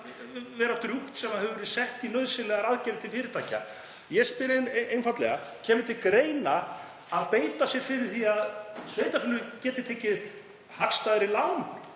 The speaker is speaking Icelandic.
vera drjúgt sem hefur verið sett í nauðsynlegar aðgerðir til fyrirtækja. Ég spyr einfaldlega: Kemur til greina að beita sér fyrir því að sveitarfélögin geti tekið hagstæðari lán,